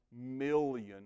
million